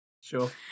Sure